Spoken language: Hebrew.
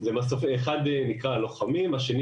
אחד נקרא הלוחמים, השני